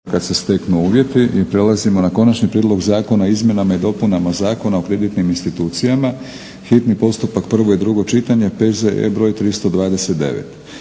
Milorad (HNS)** I prelazimo na - Konačni prijedlog zakona o izmjenama i dopunama Zakona o kreditnim institucijama, hitni postupak, prvo i drugo čitanje, P. Z. br. 329